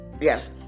yes